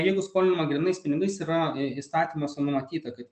jeigu skolinama grynais pinigais yra įstatymuose numatyta kad